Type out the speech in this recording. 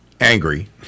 angry